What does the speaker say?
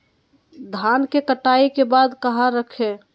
धान के कटाई के बाद कहा रखें?